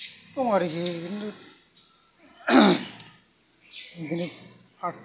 दं आरोखि बिदिनो बिदिनो पार्क